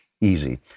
easy